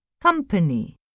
Company